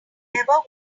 ever